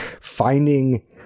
finding